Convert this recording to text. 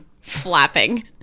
Flapping